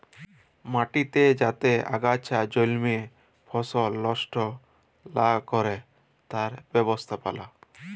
মাটিতে যাতে আগাছা জল্মে ফসল লস্ট লা ক্যরে তার ব্যবস্থাপালা